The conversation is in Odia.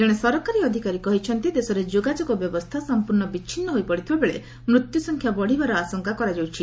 ଜଣେ ସରକାରୀ ଅଧିକାରୀ କହିଛନ୍ତି ଦେଶରେ ଯୋଗାଯୋଗ ବ୍ୟବସ୍ଥା ସଂପୂର୍ଣ୍ଣ ବିଚ୍ଛିନ୍ନ ହୋଇପଡ଼ିଥିବା ବେଳେ ମୃତ୍ୟୁସଂଖ୍ୟା ବଢ଼ିବାର ଆଶଙ୍କା କରାଯାଉଛି